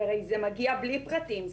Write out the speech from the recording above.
כי הרי זה מגיע בלי פרטים,